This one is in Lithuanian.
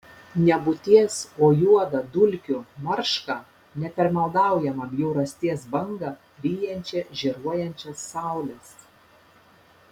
nebūties o juodą dulkių maršką nepermaldaujamą bjaurasties bangą ryjančią žėruojančias saules